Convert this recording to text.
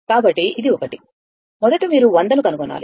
కాబట్టి ఇది ఒకటి మొదట మీరు 100 ను కనుగొనాలి